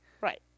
Right